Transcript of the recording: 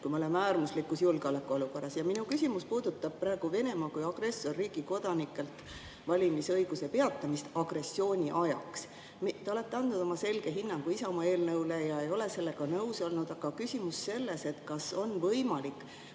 kui me oleme äärmuslikus julgeolekuolukorras. Minu küsimus puudutab Venemaa [kodanike] kui agressorriigi kodanike valimisõiguse peatamist agressiooni ajaks. Te olete andnud oma selge hinnangu eelnõu kohta, te ei ole sellega nõus olnud, aga küsimus on selles, kas on võimalik